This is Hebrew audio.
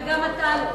וגם אתה לא,